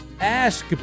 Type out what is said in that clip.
Ask